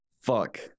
Fuck